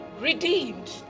redeemed